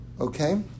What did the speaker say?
okay